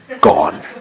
Gone